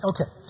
Okay